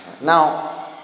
Now